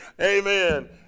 Amen